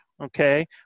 Okay